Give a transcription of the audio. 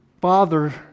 Father